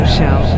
Show